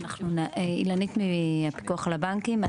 אילנית מהפיקוח על הבנקים.